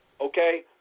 Okay